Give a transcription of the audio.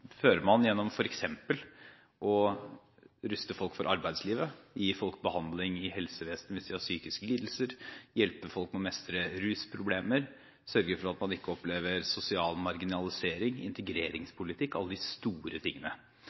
fører man f.eks. ved å ruste folk til arbeidslivet, gi folk behandling i helsevesenet hvis de har psykiske lidelser, hjelpe folk å mestre rusproblemer, sørge for at man ikke opplever sosial marginalisering og integreringspolitikk – alle de store tingene.